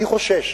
אני חושש